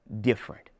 different